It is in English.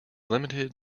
limited